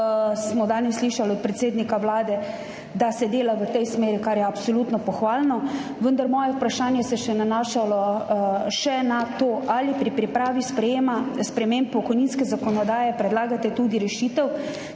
smo danes slišali od predsednika Vlade, da se dela v tej smeri, kar je absolutno pohvalno, vendar se je moje vprašanje nanašalo še na to: Ali pri pripravi sprejema sprememb pokojninske zakonodaje predlagate tudi rešitev,